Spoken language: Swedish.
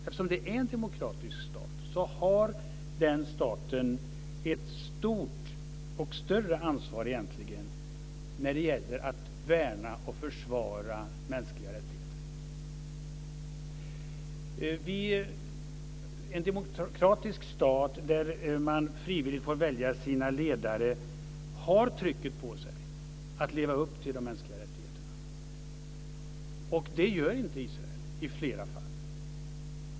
Eftersom Israel är en demokratisk stat har denna stat ett större ansvar när det gäller att värna och försvara mänskliga rättigheter. En demokratisk stat där man frivilligt får välja sina ledare har trycket på sig att leva upp till de mänskliga rättigheterna. Det gör inte Israel i flera fall.